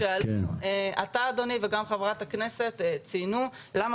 אתה אדוני וגם חברת הכנסת שאלתם למה